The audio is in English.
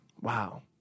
Wow